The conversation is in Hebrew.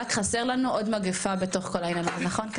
רק חסר לנו עוד מגיפה בתוך כל העניין הזה נכון?